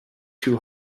too